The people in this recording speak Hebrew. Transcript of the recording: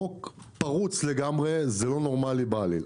חוק פרוץ לגמרי, זה לא נורמלי בעליל.